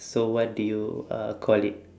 so what do you uh call it